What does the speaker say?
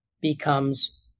becomes